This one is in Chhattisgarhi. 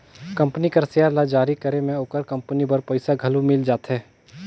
कंपनी कर सेयर ल जारी करे में ओकर कंपनी बर पइसा घलो मिल जाथे